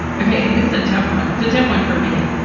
ok. and this is a tough one. it's a tough one for me,